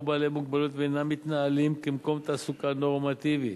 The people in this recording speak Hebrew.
בעלי המוגבלות ואינם מתנהלים כמקום תעסוקה נורמטיבי.